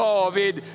David